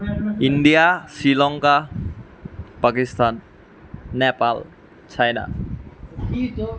India Sri Lanka Pakistan Nepal China